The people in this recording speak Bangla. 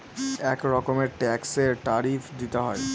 এক রকমের ট্যাক্সে ট্যারিফ দিতে হয়